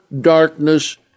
darkness